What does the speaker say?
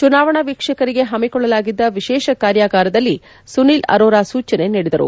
ಚುನಾವಣೆ ವೀಕ್ಷಕರಿಗೆ ಹಮ್ಮಿಕೊಳ್ಳಲಾಗಿದ್ದ ವಿಶೇಷ ಕಾರ್ಯಾಗಾರದಲ್ಲಿ ಸುನಿಲ್ ಅರೋರಾ ಸೂಚನೆ ನಿಡಿದರು